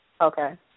okay